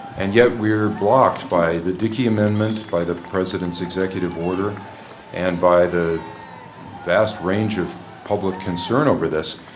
and yet we're blocked by the dickie amendment, by the president's executive order and by the vast range of public concern over this.